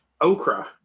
okra